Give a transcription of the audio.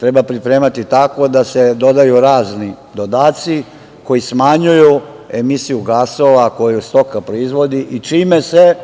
treba pripremati tako da se dodaju razni dodaci koji smanjuju emisiju gasova koju stoka proizvodi i čime se